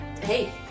hey